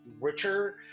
richer